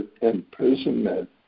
imprisonment